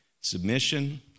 submission